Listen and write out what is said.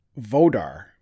Vodar